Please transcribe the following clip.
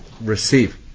receive